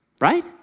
right